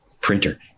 printer